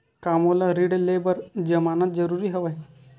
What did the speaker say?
का मोला ऋण ले बर जमानत जरूरी हवय?